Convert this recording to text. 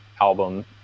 album